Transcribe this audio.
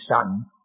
son